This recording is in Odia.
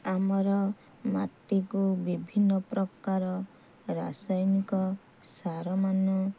ଆମର ମାଟିକୁ ବିଭିନ୍ନ ପ୍ରକାର ରାସାୟନିକ ସାର ମାନ